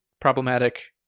problematic